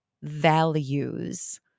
values